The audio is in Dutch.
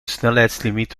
snelheidslimiet